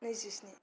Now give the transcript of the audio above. नैजिस्नि